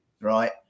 right